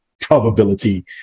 probability